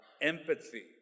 empathy